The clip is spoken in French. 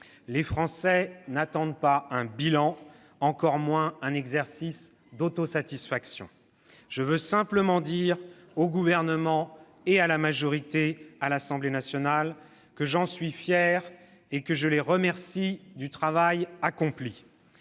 les Français n'attendent pas un bilan, encore moins un exercice d'autosatisfaction. Je veux simplement dire au Gouvernement et à la majorité que j'en suis fier et que je les remercie du travail accompli.